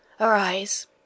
Arise